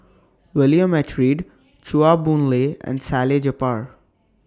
William H Read Chua Boon Lay and Salleh Japar